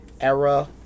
era